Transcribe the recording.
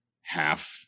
half